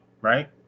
Right